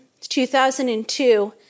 2002